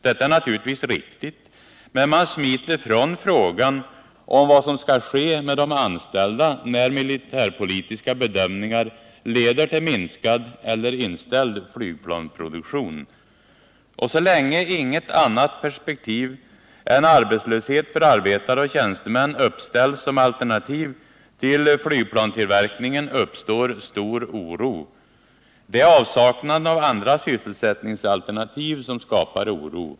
Detta är naturligtvis riktigt, men man smiter ifrån frågan om vad som skall ske med de anställda, när militärpolitiska bedömningar leder till minskad eller inställd flygplansproduktion. Så länge inget annat än arbetslöshet för arbetare och tjänstemän uppställs som alternativ till flygplanstillverkningen uppstår stor oro. Det är avsaknaden av andra sysselsättningsalternativ som skapar oro.